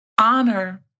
Honor